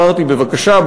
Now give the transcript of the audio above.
אמרתי: בבקשה,